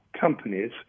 companies